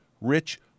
rich